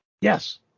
Yes